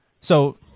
So-